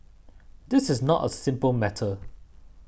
this is not a simple matter